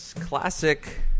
classic